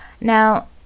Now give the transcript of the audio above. Now